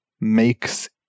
makes